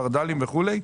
חרד"לים וכו'.